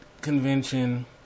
convention